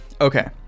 Okay